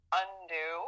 undo